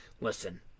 listen